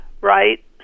right